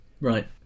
Right